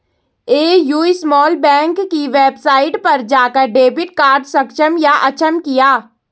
AU small bank की website पर जाकर डेबिट कार्ड सक्षम या अक्षम किया